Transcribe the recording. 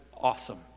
awesome